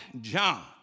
John